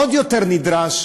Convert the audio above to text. ועוד יותר נדרש